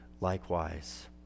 likewise